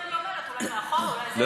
לא, כל הזמן אני אומרת: אולי היא מאחורה, לא,